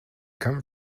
come